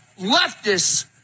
leftists